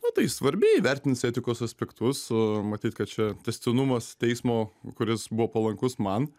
nu tai svarbi įvertins etikos aspektus o matyt kad čia tęstinumas teismo kuris buvo palankus man